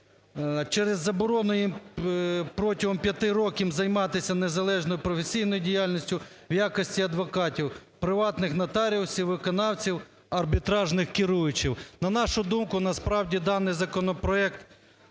через заборону їм протягом 5 років займатися незалежною професійною діяльністю в якості адвокатів, приватних нотаріусів, виконавців, арбітражних керуючих. На нашу думку, насправді даний законопроект…